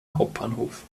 hauptbahnhof